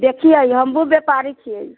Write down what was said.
देखियै हमहू व्यापारी छियै